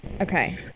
Okay